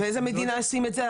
באיזה מדינה עושים את זה?